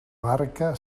barca